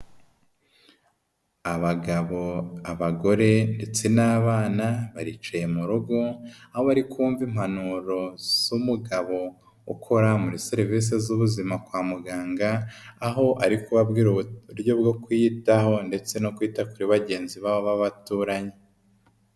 Abagabo, abagore ndetse n'abana baricaye mu rugo aho bari kumva impanuro z'umugabo ukora muri serivisi z'ubuzima kwa muganga, aho ari kubabwira uburyo bwo kwiyitaho ndetse no kwita kuri bagenzi babo b'abaturanyi.